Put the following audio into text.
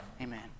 Amen